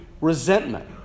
resentment